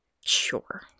Sure